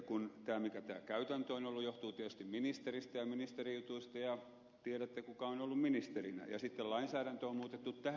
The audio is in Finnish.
tämä mikä tämä käytäntö on ollut johtuu tietysti ministeristä ja ministerijutuista ja tiedätte kuka on ollut ministerinä ja sitten lainsäädäntöä on muutettu tähän